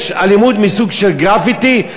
יש אלימות מסוג של גרפיטי,